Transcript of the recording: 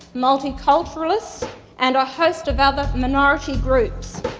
multiculturalists and a host of other minority groups.